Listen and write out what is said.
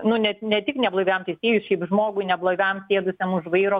nu net ne tik neblaiviam teisėjui šiaip žmogui neblaiviam sėdusiam už vairo